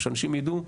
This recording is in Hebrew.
שאנשים ידעו,